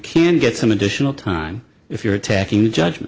can get some additional time if you're attacking the judg